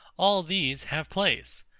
all these have place.